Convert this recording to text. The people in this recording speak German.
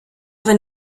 wenn